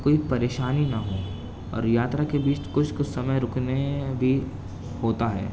کوئی پریشانی نہ ہو اور یاترا کے بیچ کچھ کچھ سمے رکنے بھی ہوتا ہے